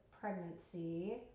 pregnancy